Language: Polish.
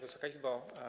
Wysoka Izbo!